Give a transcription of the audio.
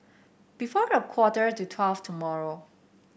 before a quarter to twelve tomorrow